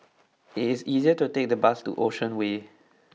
it is faster to take the bus to Ocean Way